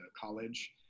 college